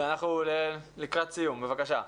בבקשה.